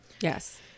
Yes